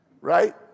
Right